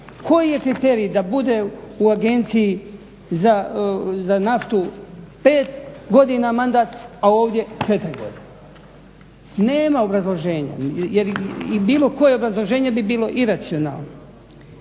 Koji je kriterij da bude u Agenciji za naftu 5 godina mandat, a ovdje 4 godine? Nema obrazloženja jer bilo koje obrazloženje bi bilo iracionalno.